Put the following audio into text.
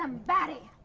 somebody.